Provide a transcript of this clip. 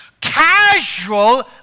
casual